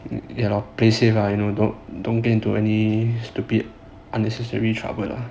ya la place safe lah you know don't have to get into any stupid unnecessary trouble lah